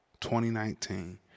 2019